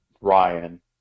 ryan